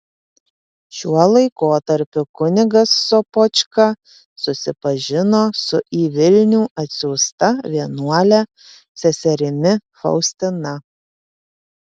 šiuo laikotarpiu kunigas sopočka susipažino su į vilnių atsiųsta vienuole seserimi faustina